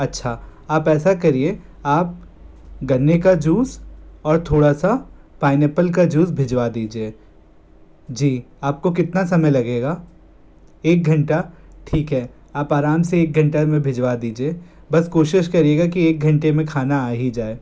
अच्छा आप ऐसा करिए आप गन्ने का जूस और थोड़ा सा पाइनएप्पल का जूस भिजवा दीजिए जी आपको कितना समय लगेगा एक घंटा ठीक है आप आराम से एक घंटा में भिजवा दीजिए बस कोशिश करियेगा कि एक घंटे में खाना आ ही जाए